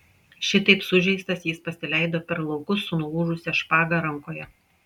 šitaip sužeistas jis pasileido per laukus su nulūžusia špaga rankoje